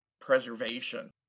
preservation